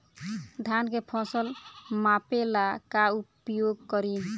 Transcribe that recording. धान के फ़सल मापे ला का उपयोग करी?